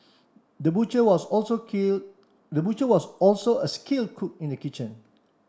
the butcher was also kill the butcher was also a skilled cook in the kitchen